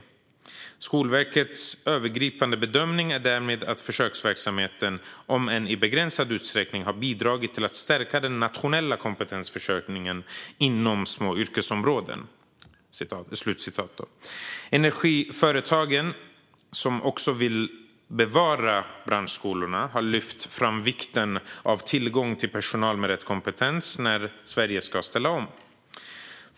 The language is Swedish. I sin rapport skriver Skolverket: "Skolverkets övergripande bedömning är därmed att försöksverksamheten, om än i begränsad utsträckning, har bidragit till att stärka den nationella kompetensförsörjningen inom små yrkesområden." Energiföretagen, som också vill bevara branschskolorna, har lyft fram vikten av tillgång till personal med rätt kompetens när Sverige ska ställa om.